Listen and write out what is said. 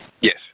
Yes